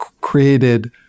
created